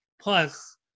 plus